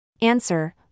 Answer